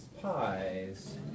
pies